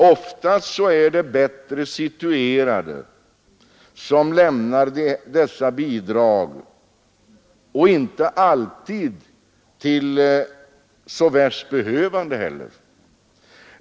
Oftast är det bättre situerade som lämnar dessa bidrag, och inte alltid heller till så värst behövande.